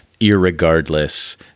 irregardless